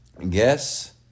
Guess